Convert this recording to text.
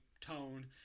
tone